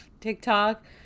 TikTok